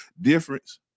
difference